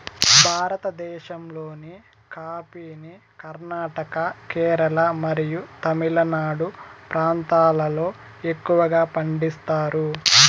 భారతదేశంలోని కాఫీని కర్ణాటక, కేరళ మరియు తమిళనాడు ప్రాంతాలలో ఎక్కువగా పండిస్తారు